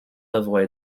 avoid